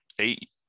eight